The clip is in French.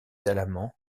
alamans